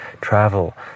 travel